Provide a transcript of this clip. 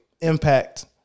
impact